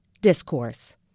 discourse